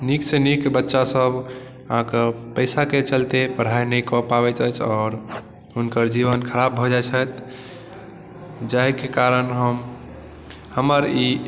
नीकसँ नीक बच्चासभ अहाँके पैसाके चलते पढ़ाइ नहि कऽ पाबैत अछि आओर हुनकर जीवन खराब भऽ जाइत छथि जाहिके कारण हम हमर ई